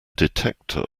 detector